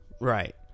Right